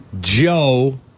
Joe